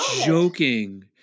joking